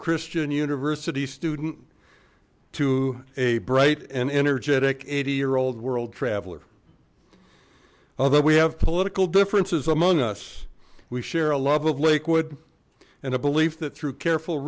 christian university student to a bright and energetic eighty year old world traveler although we have political differences among us we share a love of lakewood and a belief that through careful